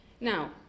Now